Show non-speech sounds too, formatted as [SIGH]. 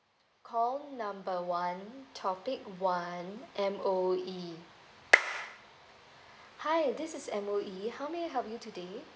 call number one topic one M_O_E [NOISE] hi this is M_O_E how may I help you today